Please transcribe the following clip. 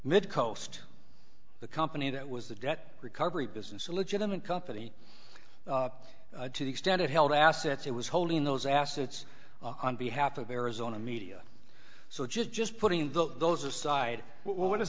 midcoast the company that was the debt recovery business a legitimate company to the extent it held assets it was holding those assets on behalf of arizona media so just just putting the those aside what does